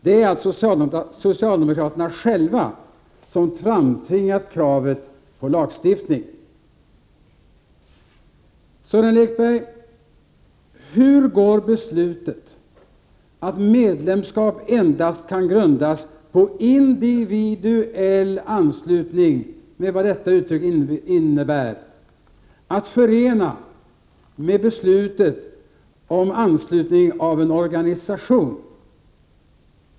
Det är socialdemokraterna själva som framtvingat kravet på lagstiftning. Sören Lekberg! Hur går beslutet att medlemskap endast kan grundas på individuell anslutning med vad detta uttryck innebär att förena med beslutet om anslutning av en organisation?